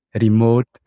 remote